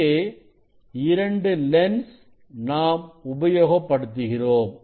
இங்கே 2 லென்ஸ் நாம் உபயோகப்படுத்துகிறோம்